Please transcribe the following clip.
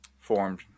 formed